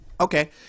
Okay